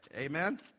Amen